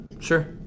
Sure